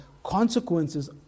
consequences